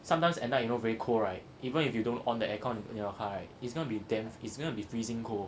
sometimes at night you know very cold right even if you don't on the air con in your car right it's gonna be damn it's gonna be freezing cold